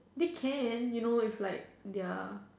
they can you know it's like